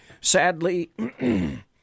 sadly